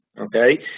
Okay